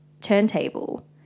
turntable